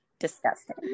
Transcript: disgusting